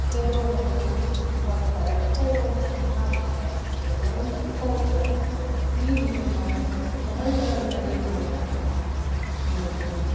ಹೇಗೋ ಒಂದು ಬರ್ತಾರೆ ಹೇಗೋ ಒಂದು ಹಾಡ್ತಾರೆ ಹೇಗೋ ಒಂದು ಹೋಗ್ತಾರೆ ಈ ಮನೋಭಾವನೆ ಬಹಳ ಜನರುಗಳಲ್ಲಿ ನಾನು ನೋಡಿದ್ದೀನಿ